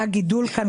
היה גידול כאן.